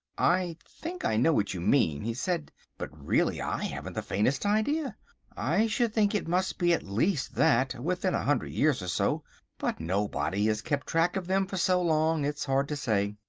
i think i know what you mean, he said but really i haven't the faintest idea i should think it must be at least that, within a hundred years or so but nobody has kept track of them for so long, it's hard to say.